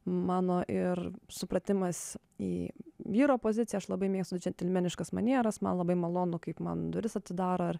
mano ir supratimas į vyro poziciją aš labai mėgstu džentelmeniškas manieras man labai malonu kaip man duris atidaro ar